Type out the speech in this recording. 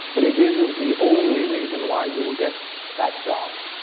but it isn't the only reason why you will get that job.